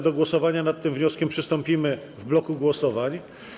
Do głosowania nad tym wnioskiem przystąpimy w bloku głosowań.